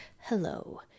Hello